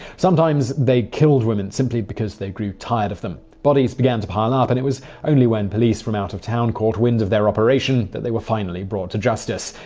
sometimes, they killed women simply because they grew tired of them. bodies began to pile ah up, and it was only when police from out of town caught wind their operation that they were finally brought to justice.